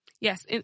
yes